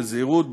בזהירות,